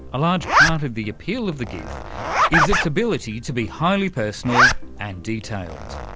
a large part of the appeal of the gif is its ability to be highly personal and detailed.